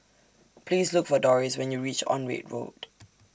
Please Look For Dorris when YOU REACH Onraet Road